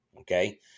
Okay